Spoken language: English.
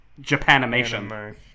Japanimation